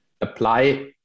apply